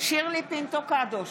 שירלי פינטו קדוש,